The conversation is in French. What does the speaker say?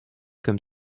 comme